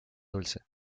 dulce